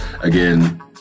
again